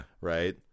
Right